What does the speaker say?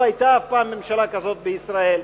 לא היתה אף פעם ממשלה כזאת בישראל.